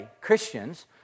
Christians